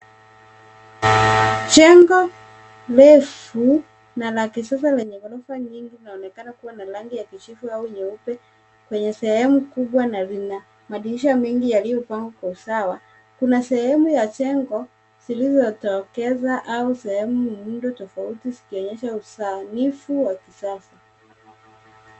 Jengo refu na la kisasa yenye ghorofa nyingi inaonekana kuwa na rangi ya kijivu au nyeupe kwenye sehemu kubwa na kina madirisha mengi yaliyopangwa kwa usawa. Kuna sehemu ya jengo zilizotokeza au sehemu yenye muundo tofauti zikionyesha usanifu wa kisasa.